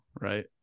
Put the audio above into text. Right